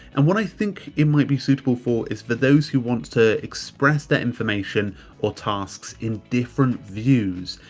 and what i think it might be suitable for is for those who want to express their information or tasks in different views.